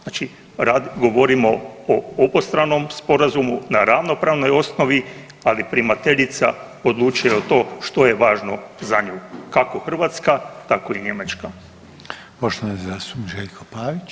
Znači govorimo o obostranom sporazumu na ravnopravnoj osnovi, ali primateljica odlučuje o tome što je važno za nju kako Hrvatska, tako i Njemačka.